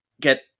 get